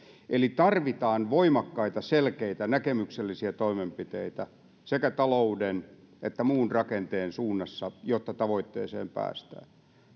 eli tarvitaan voimakkaita selkeitä näkemyksellisiä toimenpiteitä sekä talouden että muun rakenteen suunnassa jotta tavoitteeseen päästään